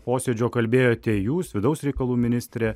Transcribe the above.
posėdžio kalbėjote jūs vidaus reikalų ministrė